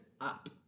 up